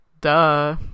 Duh